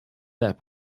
that